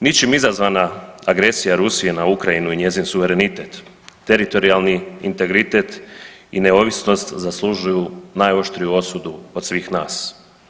Ničim izazvana agresija Rusije na Ukrajinu i njezin suverenitet, teritorijalni integritet i neovisnost zaslužuju najoštriju osudu od svih nas.